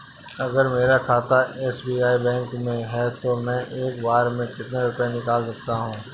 अगर मेरा खाता एस.बी.आई बैंक में है तो मैं एक बार में कितने रुपए निकाल सकता हूँ?